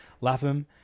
Lapham